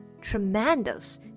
tremendous